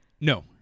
No